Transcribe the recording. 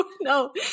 No